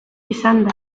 izango